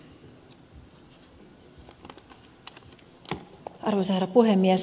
arvoisa herra puhemies